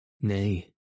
Nay